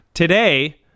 Today